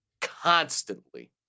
constantly